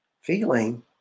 feeling